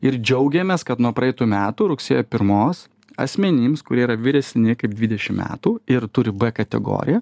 ir džiaugiamės kad nuo praeitų metų rugsėjo pirmos asmenims kurie yra vyresni kaip dvidešim metų ir turi b kategoriją